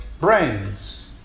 brains